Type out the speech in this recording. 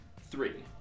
three